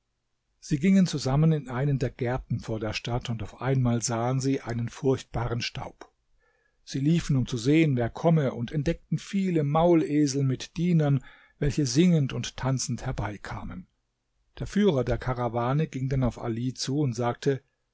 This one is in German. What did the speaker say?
sie gingen zusammen in einen der gärten vor der stadt und auf einmal sahen sie einen furchtbaren staub sie liefen um zu sehen wer komme und entdeckten viele maulesel mit dienern welche singend und tanzend herbeikamen der führer der karawane ging dann auf ali zu und sagte